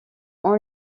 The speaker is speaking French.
ont